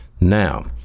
now